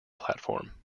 platform